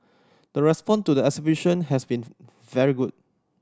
the response to the exhibition has been very good